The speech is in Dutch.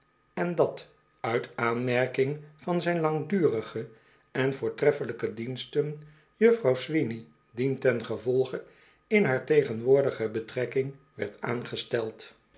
en dat uit aanmerking van zijnlangdurigeenvoortreffelijkedienstenjuffrouw sweeney dientengevolge in haar tegenwoordige betrekking werd aangesteld